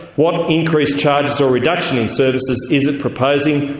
what increased charges or reduction in services is it proposing?